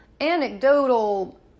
anecdotal